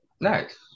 nice